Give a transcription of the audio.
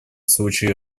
случае